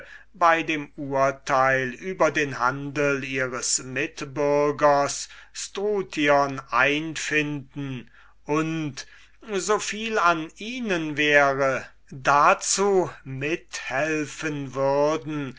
bei dem urteil über den handel ihres mitbürgers struthion einfinden und so viel an ihnen wäre dazu verhelfen würden